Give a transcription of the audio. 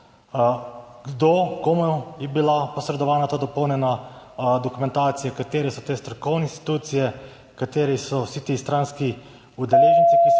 Komu je bila posredovana ta dopolnjena dokumentacija? Katere so te strokovne institucije? Kdo so vsi ti stranski udeleženci, ki so